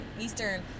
Eastern